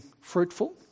fruitful